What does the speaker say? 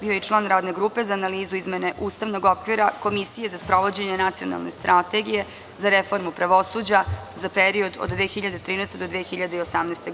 Bio je član Radne grupe za analizu izmene ustavnog okvira, Komisije za sprovođenje Nacionalne strategije za reformu pravosuđa za period od 2013. do 2018. godine.